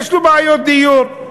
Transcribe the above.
יש לו בעיות דיור,